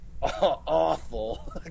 Awful